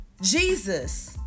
Jesus